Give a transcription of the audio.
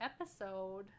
episode